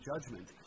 judgment